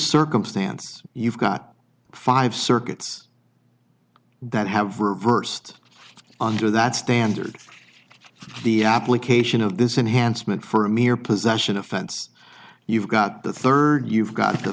circumstance you've got five circuits that have reversed under that standard the application of this enhanced meant for a mere possession offense you've got the third you've got the